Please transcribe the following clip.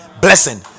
Blessing